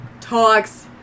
talks